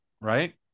right